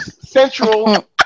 central